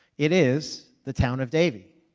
it is the town of davie.